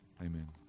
Amen